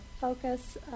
Focus